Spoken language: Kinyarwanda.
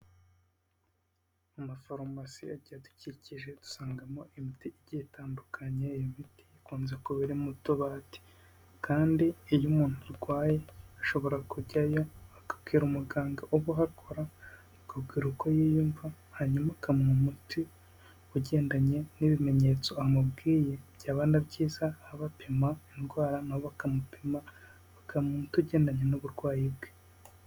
Amafarumasi agiye adukikije dusangamo imiti igiye itandukanye, iyo miti ikunze kuba iri mu tubati kandi iyo umuntu arwaye, ashobora kujyayo, akabwira umuganga uba uhakora, akamubwira uko yiyumva, hanyuma akamuha umuti ugendanye n'ibimenyetso amubwiye, byaba na byiza, abapima indwara na bo bakamupima, bakamuha umuti ugendanye n'uburwayi bwe.